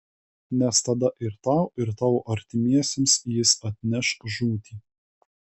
nes tada ir tau ir tavo artimiesiems jis atneš žūtį